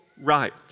right